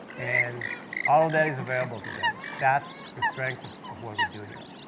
and all that is available to them. that's the strength of of what we do here.